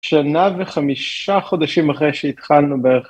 שנה וחמישה חודשים אחרי שהתחלנו בערך.